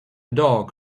dog